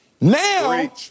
Now